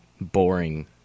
boring